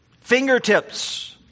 Fingertips